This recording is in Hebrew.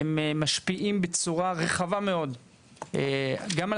הם משפיעים בצורה רחבה מאוד גם על